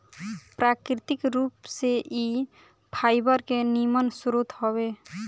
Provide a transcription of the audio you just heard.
प्राकृतिक रूप से इ फाइबर के निमन स्रोत हवे